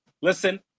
listen